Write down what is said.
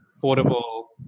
portable